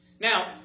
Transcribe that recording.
Now